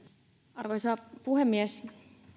arvoisa puhemies